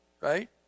right